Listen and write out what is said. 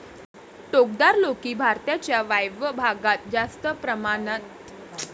टोकदार लौकी भारताच्या वायव्य भागात जास्त प्रमाणात आढळते